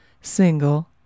single